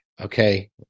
Okay